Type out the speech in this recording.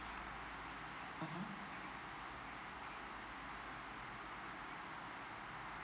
mmhmm